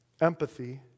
empathy